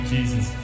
Jesus